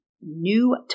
new